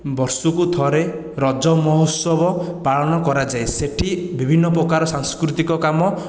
ବର୍ଷକୁ ଥରେ ରଜ ମହୋତ୍ସବ ପାଳନ କରାଯାଏ ସେଇଠି ବିଭିନ୍ନ ପ୍ରକାର ସାଂସ୍କୃତିକ କାମ